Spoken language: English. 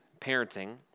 parenting